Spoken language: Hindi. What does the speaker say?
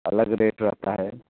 अलग रेट रहता है